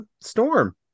Storm